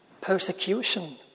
persecution